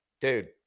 Dude